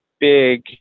big